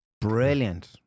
Brilliant